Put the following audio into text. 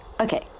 Okay